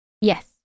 Yes